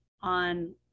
on